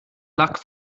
lack